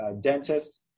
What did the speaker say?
dentist